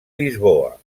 lisboa